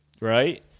right